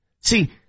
See